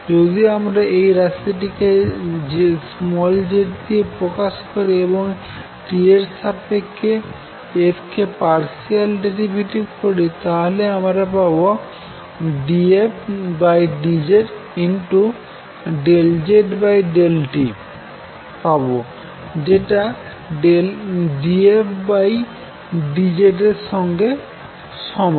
যদি আমরা এই রাশিটিকে z দিয়ে প্রকাশ করি এবং t এর সাপেক্ষে f কে পারশিয়াল ডেরিভেটিভ করি তাহলে আমরা dfdz∂z∂tপাবো যেটা dfdz এর সঙ্গে সমান